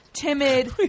timid